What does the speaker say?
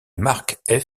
mark